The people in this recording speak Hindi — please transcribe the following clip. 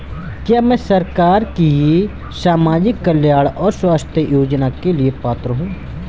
क्या मैं सरकार के सामाजिक कल्याण और स्वास्थ्य योजना के लिए पात्र हूं?